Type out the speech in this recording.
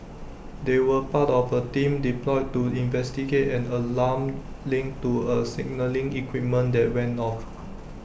they were part of A team deployed to investigate and an alarm linked to A signalling equipment that went off